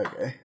Okay